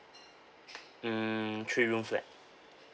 hmm three room flat